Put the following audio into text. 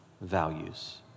values